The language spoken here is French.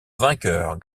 vainqueur